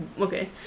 okay